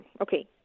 okay